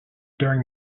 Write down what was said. during